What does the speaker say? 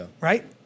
right